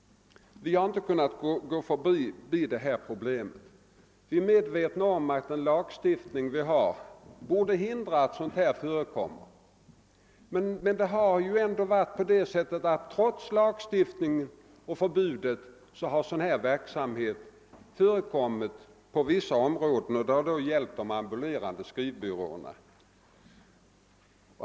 Vi har inte kunnat gå förbi detta problem. Vi är medvetna om att den lag ;stiftning som gäller bör hindra arbetsförmedling av detta slag, men trots lag stiftning och förbud har sådan verksamhet bedrivits på vissa områden, särskilt av de ambulerande skrivbyråerna.